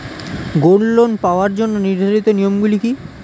Gold loan পাওয়ার জন্য নির্ধারিত নিয়ম গুলি কি?